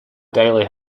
daily